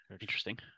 interesting